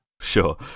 Sure